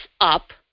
up